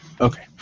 Okay